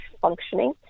functioning